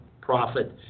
profit